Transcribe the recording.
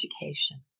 education